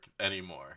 anymore